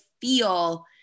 feel